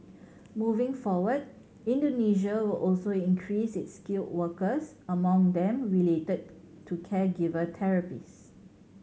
moving forward Indonesia also increase its skilled workers among them related to caregiver therapist